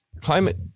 climate